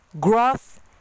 growth